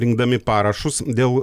rinkdami parašus dėl